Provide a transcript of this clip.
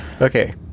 Okay